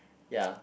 ya